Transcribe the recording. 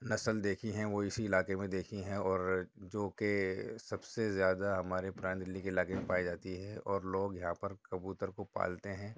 نسل دیکھی ہیں وہ اسی علاقے میں دیکھی ہیں اور جو کہ سب سے زیادہ ہمارے پرانی دلی کے علاقے میں پائی جاتی ہے اور لوگ یہاں پر کبوتر کو پالتے ہیں